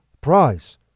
prize